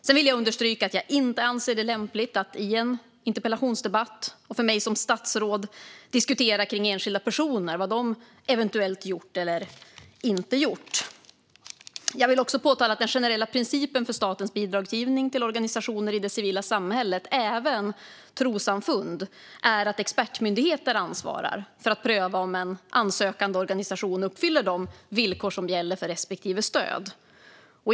Sedan vill jag understryka att jag inte anser det lämpligt att i en interpellationsdebatt och för mig som statsråd diskutera enskilda personer och vad de eventuellt gjort eller inte gjort. Jag vill också påpeka att den generella principen för statens bidragsgivning till organisationer i det civila samhället, även trossamfund, är att expertmyndigheter ansvarar för att pröva om en ansökande organisation uppfyller de villkor som gäller för respektive stöd.